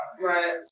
Right